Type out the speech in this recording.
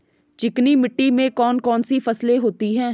चिकनी मिट्टी में कौन कौन सी फसलें होती हैं?